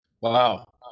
Wow